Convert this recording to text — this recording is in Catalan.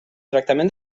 tractament